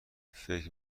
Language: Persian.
فکر